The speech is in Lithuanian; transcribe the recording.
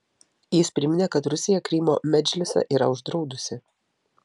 jis priminė kad rusija krymo medžlisą yra uždraudusi